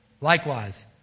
Likewise